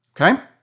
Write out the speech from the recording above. Okay